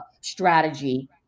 strategy